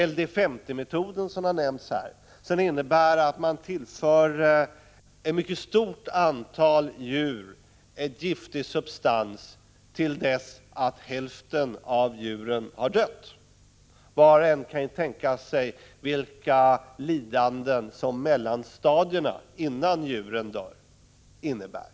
LD 50-metoden, som har nämnts här, innebär att man tillför ett mycket stort antal djur en giftig substans till dess att hälften av dem har dött. Var och en kan tänka sig vilka lidanden som mellanstadierna, innan djuren dör, innebär.